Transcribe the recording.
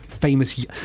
famous